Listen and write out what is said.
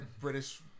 british